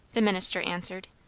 the minister answered,